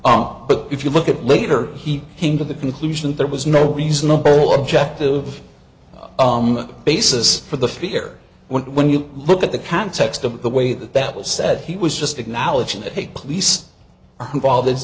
but if you look at it later he came to the conclusion that there was no reasonable objective basis for the fear when you look at the context of the way that that was said he was just acknowledging that a police involved i